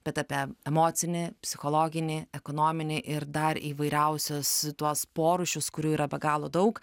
bet apie emocinį psichologinį ekonominį ir dar įvairiausius tuos porūšius kurių yra be galo daug